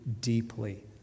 deeply